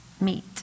meet